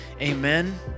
Amen